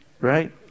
Right